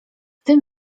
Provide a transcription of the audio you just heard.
tym